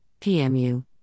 PMU